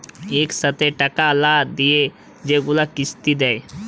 ইকসাথে টাকা লা দিঁয়ে যেগুলা কিস্তি দেয়